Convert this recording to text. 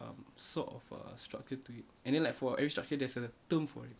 um sort of a structure to it and then like for every structure there's a term for it